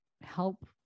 help